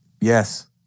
Yes